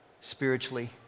spiritually